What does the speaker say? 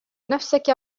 نفسك